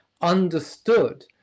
understood